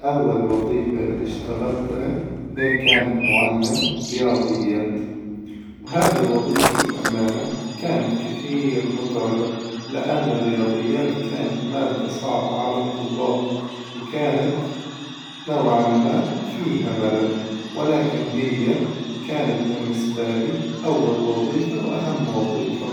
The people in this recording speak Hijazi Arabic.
أول وظيفة التي اشتغلتها هي كانت معلم رياظيات، وهذي الوظيفة للأمانة كانت كثير متعبة، لأن الرياظيات كانت مادة صعبة على الطلاب، وكانت نوعا ما فيها ملل، ولكن هي كانت بالنسبة لي أول وظيفة وأهم وظيفة.